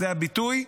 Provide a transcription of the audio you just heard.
זה הביטוי.